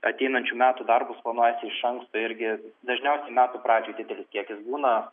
ateinančių metų darbus planuojasi iš anksto irgi dažniausiai metų pradžioj didelis kiekis būna